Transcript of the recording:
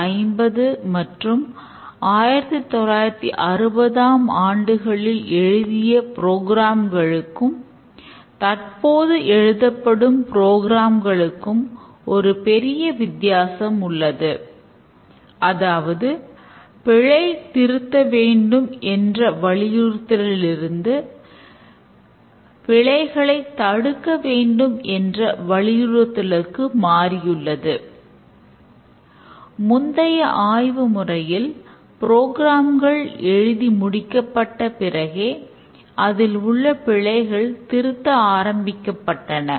1950 மற்றும் 1960ம் ஆண்டுகளில் எழுதிய புரோகிராம்களுக்கும் எழுதி முடிக்கப்பட்ட பிறகே அதில் உள்ள பிழைகள் திருத்த ஆரம்பிக்கப்பட்டன